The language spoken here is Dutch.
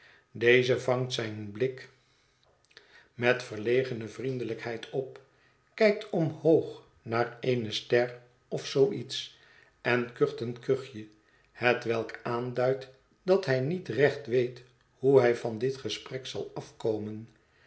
deze vangt zijn blik met verlcgene vriendelijkheid op kijkt omhoog naar eene ster of zoo iets en kucht een kuchje hetwelk aanduidt dat hij niet recht weet hoe hij van dit gesprek zal afkomen